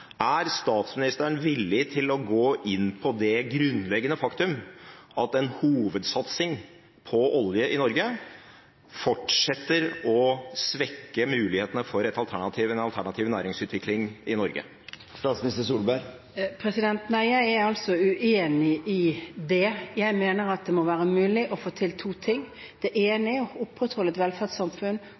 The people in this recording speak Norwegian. Er statsministeren villig til å gå inn på det grunnleggende faktum at en hovedsatsing på olje i Norge fortsetter å svekke mulighetene for den alternative næringsutviklingen i Norge? Nei, jeg er uenig i det. Jeg mener at det må være mulig å få til to ting: Det er å opprettholde et velferdssamfunn,